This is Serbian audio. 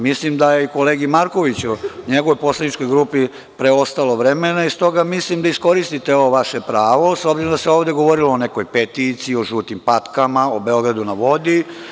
Mislim da je i kolegi Markoviću, njegovoj poslaničkoj grupi preostalo vremena i stoga mislim da iskoristite ovo vaše pravo s obzirom da se ovde govorilo o nekoj peticiji, o žutim patkama, o Beogradu na vodi.